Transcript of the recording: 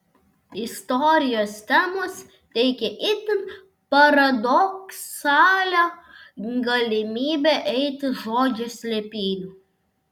istorijos temos teikė itin paradoksalią galimybę eiti žodžio slėpynių